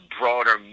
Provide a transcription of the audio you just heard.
broader